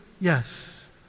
Yes